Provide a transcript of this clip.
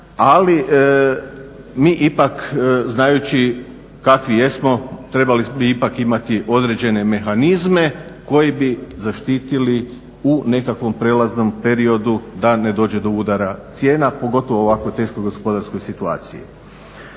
Ali mi ipak znajući kakvi jesmo trebali bi ipak imati određene mehanizme koji bi zaštitili u nekakvom prijelaznom periodu da ne dođe do udara cijena pogotovo u ovakvoj teškoj gospodarskoj situaciji.